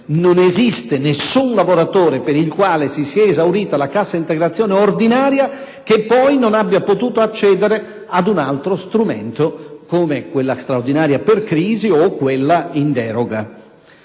Non esiste nessun lavoratore per il quale si sia esaurita la Cassa integrazione ordinaria che poi non abbia potuto accedere ad un altro strumento, come la Cassa integrazione straordinaria per crisi o quella in deroga.